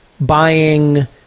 buying